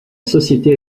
société